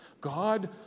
God